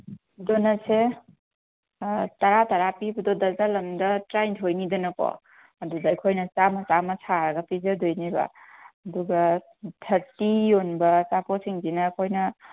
ꯗꯣꯅꯠꯁꯦ ꯇꯔꯥ ꯇꯔꯥ ꯄꯤꯕꯗꯣ ꯗꯔꯖꯟ ꯑꯃꯗ ꯇꯔꯥꯅꯤꯊꯣꯏꯅꯤꯗꯅꯀꯣ ꯑꯗꯨꯗ ꯑꯩꯈꯣꯏꯅ ꯆꯥꯝꯃ ꯆꯥꯝꯃ ꯁꯥꯔꯒ ꯄꯤꯖꯗꯣꯏꯅꯦꯕ ꯑꯗꯨꯒ ꯊꯥꯔꯇꯤ ꯌꯣꯟꯕ ꯑꯆꯥꯄꯣꯠꯁꯤꯡꯁꯤꯅ ꯑꯩꯈꯣꯏꯅ